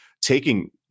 taking